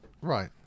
Right